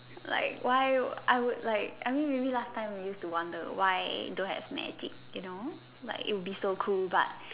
like why I would like I mean maybe last time we use wonder why don't have magic you know like it will be so cool but